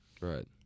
Right